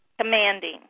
Commanding